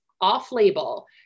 off-label